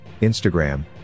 Instagram